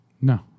No